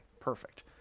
perfect